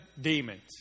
demons